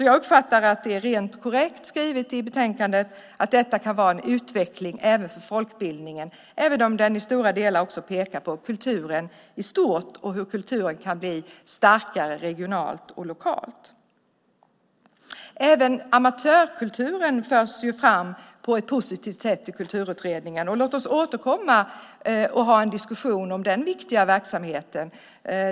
Jag uppfattar att det är korrekt skrivet i betänkandet att detta kan vara en utveckling för folkbildningen, även om det i stora delar pekas på kulturen i stort och hur kulturen kan bli starkare regionalt och lokalt. Amatörkulturen förs fram på ett positivt sätt i Kulturutredningen. Låt oss återkomma och ha en diskussion om denna viktiga verksamhet.